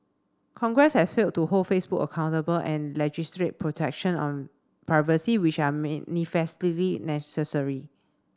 congress has failed to hold Facebook accountable and legislate protection on privacy which are manifestly necessary